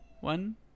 one